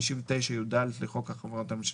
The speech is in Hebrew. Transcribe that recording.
59יד לחוק החברות הממשלתיות.